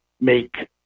make